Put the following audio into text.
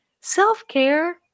self-care